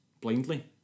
Blindly